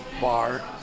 bar